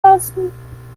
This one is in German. lassen